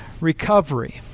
recovery